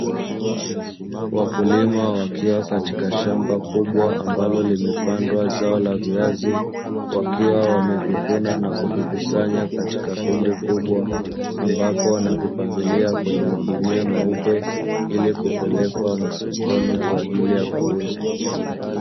Wakulima wakiwa katika shamba kubwa ambalo limepandwa zao la viazi, wakiwa wamevivuna na kuvikusanya katika Kundi kubwa ambapo wanavipangilia kwenye magunia meupe ili kupelekwa masokoni kwa ajili ya kuuzwa.